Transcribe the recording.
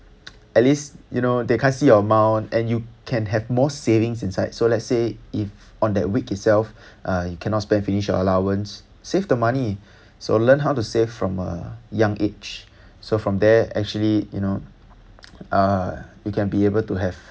at least you know they can't see your amount and you can have more savings inside so let's say if on that week itself uh you cannot spend finish your allowance save the money so learn how to save from a young age so from there actually you know uh you can be able to have